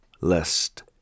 lest